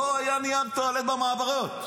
לא היה נייר טואלט במעברות.